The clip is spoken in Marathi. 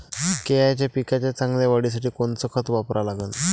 केळाच्या पिकाच्या चांगल्या वाढीसाठी कोनचं खत वापरा लागन?